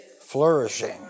flourishing